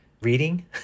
reading